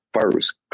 first